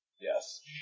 Yes